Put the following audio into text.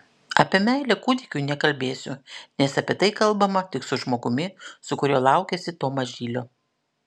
apie meilę kūdikiui nekalbėsiu nes apie tai kalbama tik su žmogumi su kuriuo laukiesi to mažylio